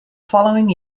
following